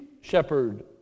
shepherd